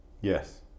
Yes